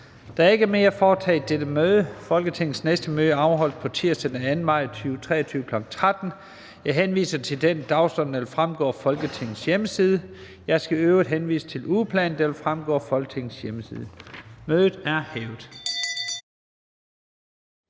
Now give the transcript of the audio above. Der er ikke mere at foretage i dette møde. Folketingets næste møde afholdes på tirsdag, den 2. maj 2023, kl. 13.00. Jeg henviser til den dagsorden, der vil fremgå af Folketingets hjemmeside. Jeg skal øvrigt henvise til ugeplanen, der vil fremgå af Folketingets hjemmeside. Mødet er hævet.